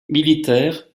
militaires